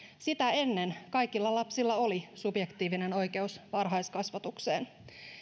sitä ennen kaikilla lapsilla oli subjektiivinen oikeus varhaiskasvatukseen